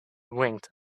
winked